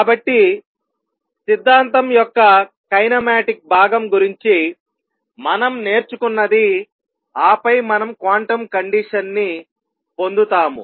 కాబట్టి సిద్ధాంతం యొక్క కైనమాటిక్ భాగం గురించి మనం నేర్చుకున్నది ఆపై మనం క్వాంటం కండిషన్ ని పొందుతాము